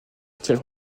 style